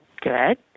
good